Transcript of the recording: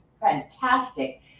fantastic